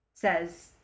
says